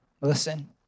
listen